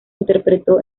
interpretó